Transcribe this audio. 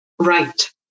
Right